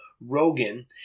Rogan